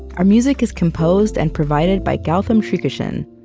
our music is composed and provided by gautam srikishan.